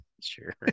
Sure